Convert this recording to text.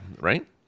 Right